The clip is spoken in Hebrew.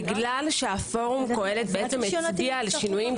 בגלל שפורום קהלת הצביע על השינויים,